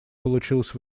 получилось